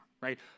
right